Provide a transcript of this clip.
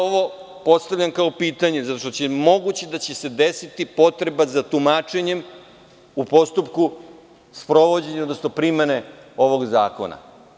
Ovo postavljam kao pitanje zato što je moguće da će se desiti potreba za tumačenjem u postupku sprovođenja, odnosno primene ovog zakona.